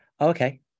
Okay